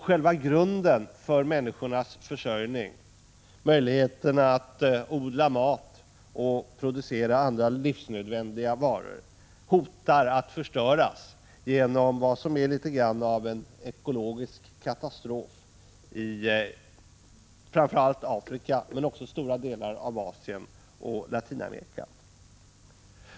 Själva grunden för människornas försörjning, dvs. möjligheterna att odla mat och producera andra livsnödvändiga varor, hotar att förstöras genom vad som är något av en ekologisk katastrof i framför allt Afrika men också i stora delar av Asien och Latinamerika.